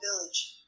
village